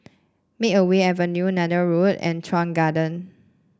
Makeway Avenue Neythal Road and Chuan Garden